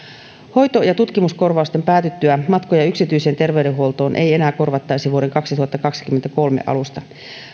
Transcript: hoito ja tutkimuskorvausten päätyttyä matkoja yksityiseen terveydenhuoltoon ei enää korvattaisi vuoden kaksituhattakaksikymmentäkolme alusta